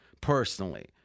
personally